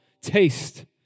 taste